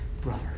brother